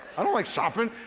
i don't like shopping.